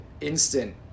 instant